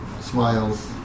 smiles